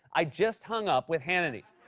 i just hung up with hannity.